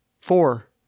Four